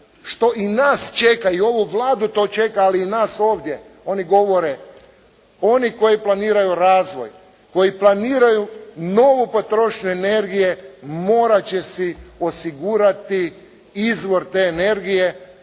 što i nas čeka i ovu Vladu to čeka, ali i nas ovdje. Oni govore, oni koji planiraju razvoj, koji planiraju novu potrošnju energije, morati će se osigurati izvor te energije,